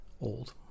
old